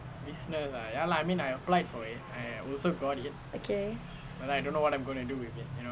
okay